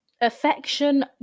affection